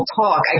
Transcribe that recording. talk